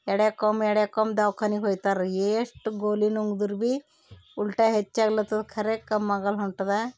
ಎಡೆಕೊಮ್ಮೆ ಎಡೆಕೊಮ್ಮೆ ದವ್ಖಾನಿಗೆ ಹೋಯ್ತಾರೆ ಎಷ್ಟು ಗೋಲಿ ನುಂಗಿದ್ರೂ ಭೀ ಉಲ್ಟಾ ಹೆಚ್ಚು ಆಗ್ಲತದ ಖರೆ ಕಮ್ ಆಗಲ್ಲ ಹೊಂಟದ